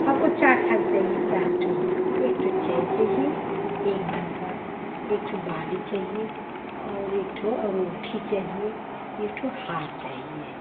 हमको चार ठान चाहिए चार ठो एक ठो चैन चाहिए एक भर का एक ठो बाली चाहिए और एक ठो अंगूठी चाहिए एक ठो हार चाहिए